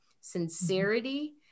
sincerity